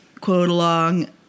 quote-along